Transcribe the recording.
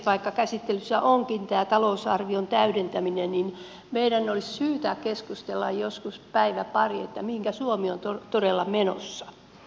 vaikka käsittelyssä onkin tämä talousarvion täydentäminen niin meidän olisi syytä keskustella joskus päivä pari mihinkä suomi on todella menossa